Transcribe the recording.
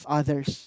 others